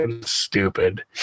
stupid